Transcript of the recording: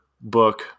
book